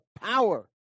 power